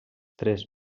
tres